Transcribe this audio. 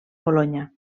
bolonya